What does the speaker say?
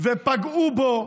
ופגעו בו,